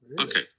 Okay